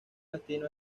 destino